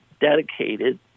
dedicated